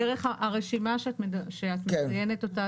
הרשימה שאת מציינת אותה,